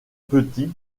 petit